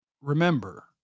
remember –